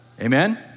amen